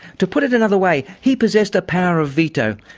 to put it another way, he possessed a power of veto.